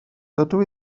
dydw